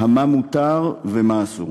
מה מותר ומה אסור.